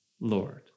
Lord